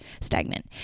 Stagnant